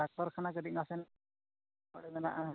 doctor ᱠᱷᱟᱱᱟ ᱜᱟᱹᱰᱤ ᱱᱟᱥᱮ ᱢᱮᱱᱟᱜᱼᱟ